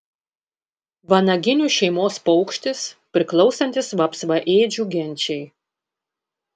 vanaginių šeimos paukštis priklausantis vapsvaėdžių genčiai